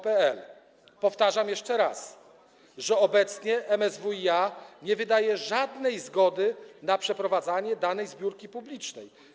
Powtarzam jeszcze raz: Obecnie MSWiA nie wydaje żadnej zgody na przeprowadzanie danej zbiórki publicznej.